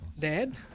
Dad